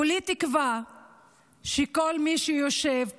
כולי תקווה שכל מי שיושב,